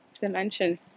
dimension